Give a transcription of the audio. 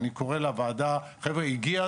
אז אני קורא לוועדה, לאסנת: